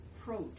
approach